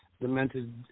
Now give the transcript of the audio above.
demented